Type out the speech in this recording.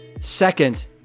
Second